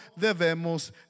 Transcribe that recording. debemos